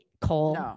Cole